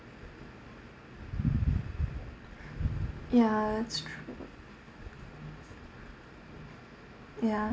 ya it's true ya